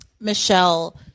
Michelle